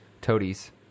toadies